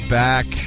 back